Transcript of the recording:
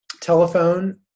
Telephone